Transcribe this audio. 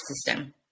system